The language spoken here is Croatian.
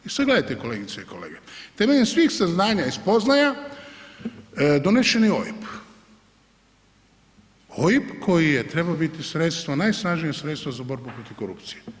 I sad gledajte kolegice i kolege, temeljem svih saznanja i spoznaja donesen je OIB, OIB koji je trebao biti sredstvo, najsnažnije sredstvo za borbu protiv korupcije.